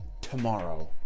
tomorrow